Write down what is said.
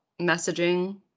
messaging